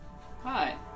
Hi